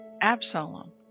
Absalom